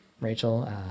Rachel